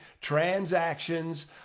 transactions